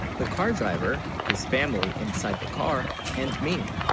the car, driver his family inside the car and me